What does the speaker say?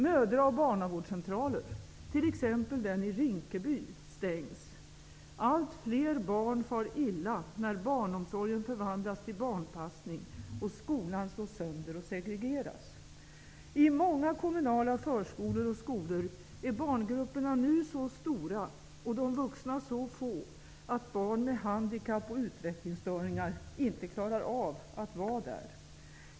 Mödra och barnavårdscentraler -- t.ex den i Rinkeby -- stängs. Allt fler barn far illa, när barnomsorgen förvandlas till barnpassning och skolan slås sönder och segregeras. I många kommunala förskolor och skolor är barngrupperna nu så stora och de vuxna så få att barn med handikapp och utvecklingsstörningar inte klarar av att vara där.